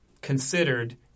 considered